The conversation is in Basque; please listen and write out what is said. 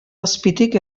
azpitik